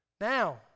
Now